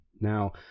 Now